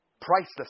Priceless